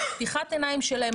פתיחת העיניים שלהם,